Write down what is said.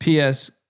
PS